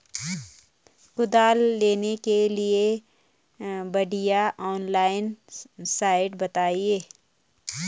कुदाल लेने के लिए बढ़िया ऑनलाइन साइट बतायें?